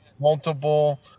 multiple